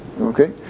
okay